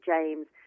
James